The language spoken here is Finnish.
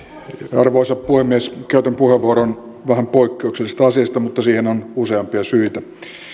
arvoisa puhemies käytän puheenvuoron vähän poikkeuksellisesta asiasta mutta siihen on useampia syitä